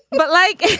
but like,